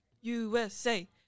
USA